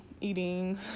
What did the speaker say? eating